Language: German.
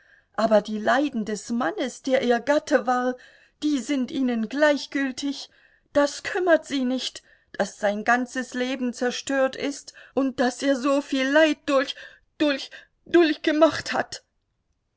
aber die leiden des mannes der ihr gatte war die sind ihnen gleichgültig das kümmert sie nicht daß sein ganzes leben zerstört ist und daß er so viel leid dulch dulch dulchgemacht hat